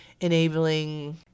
enabling